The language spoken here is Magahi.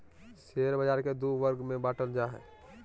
शेयर बाज़ार के दू वर्ग में बांटल जा हइ